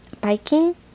biking